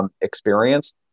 experience